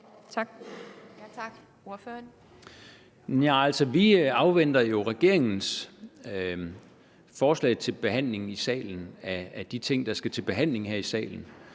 Vi afventer jo regeringens forslag til behandling i salen af de ting, der skal til behandling her i salen.